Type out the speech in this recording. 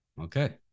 Okay